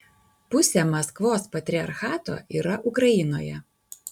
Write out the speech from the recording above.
pusė maskvos patriarchato yra ukrainoje